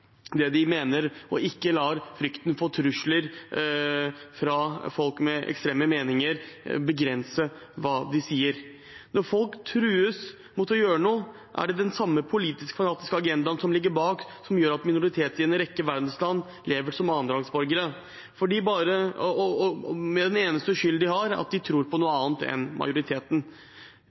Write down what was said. det de mener, og ikke lar frykten for trusler fra folk med ekstreme meninger begrense hva de sier. Når folk trues fra å gjøre noe, er det den samme politiske og hatske agendaen som ligger bak, som gjør at minoriteter i en rekke av verdens land lever som annenrangs borgere fordi de er skyldige i en eneste ting: at de tror på noe annet enn majoriteten.